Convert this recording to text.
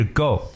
go